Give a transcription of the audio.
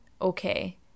Okay